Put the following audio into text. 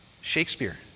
Shakespeare